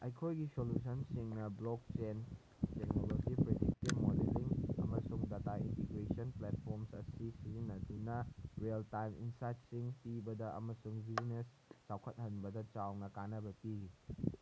ꯑꯩꯈꯣꯏꯒꯤ ꯁꯣꯂꯨꯁꯟꯁꯤꯡꯅ blockchain technology ꯄ꯭ꯔꯦꯗꯤꯛꯀꯤ ꯃꯣꯗꯦꯂꯤꯡ ꯑꯃꯁꯨꯡ ꯗꯥꯇꯥ ꯏꯟꯇꯤꯒ꯭ꯔꯦꯁꯟ ꯄ꯭ꯂꯦꯠꯐꯣꯝꯁ ꯑꯁꯤ ꯁꯤꯖꯤꯟꯅꯗꯨꯅ ꯔꯤꯌꯦꯜ ꯇꯥꯏꯝ ꯏꯟꯁꯥꯏꯠꯁꯤꯡ ꯄꯤꯕꯗ ꯑꯃꯁꯨꯡ ꯕꯤꯖꯤꯅꯦꯁ ꯆꯥꯎꯈꯠꯍꯟꯕꯗ ꯆꯥꯎꯅ ꯀꯥꯟꯅꯕ ꯄꯤꯔꯤ